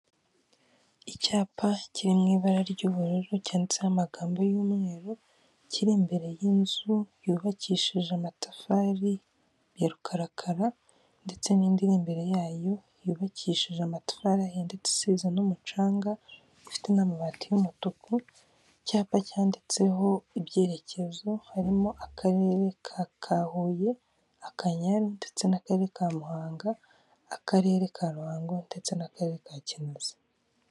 Icyapa kiri mu ibara ry'ubururu cyanditseho amagambo y'umweru, kiri imbere y'inzu yubakishije amatafari ya rukarakara, ndetse n'indi imbere yayo yubakishije amatafari yaditse isiza n'umucanga, ifite n'amabati y'umutuku, icyapa cyanditseho ibyerekezo, harimo akarere ka ka Huye, Akanyaru ndetse n'akarere ka Muhanga, akarere ka Ruhango ndetse n'akarere ka Kinazi.